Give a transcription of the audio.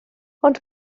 ond